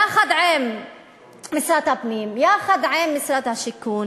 יחד עם משרד הפנים, יחד עם משרד השיכון